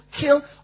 kill